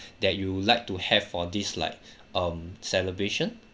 that you'll like to have for this like um celebration